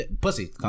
pussy